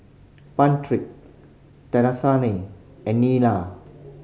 Patric and Nyla